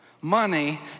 money